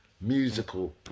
musical